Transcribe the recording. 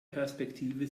perspektive